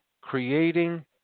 creating